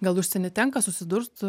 gal užsieny tenka susidurt